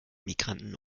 migranten